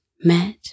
met